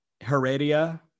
Heredia